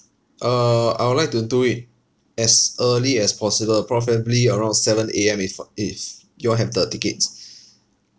uh I would like to do it as early as possible preferably around seven A_M if if you all have the tickets